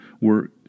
were